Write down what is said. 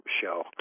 show